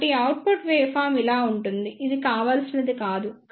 కాబట్టి output waveform ఇలా ఉంటుంది ఇది కావాల్సినది కాదు